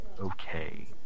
okay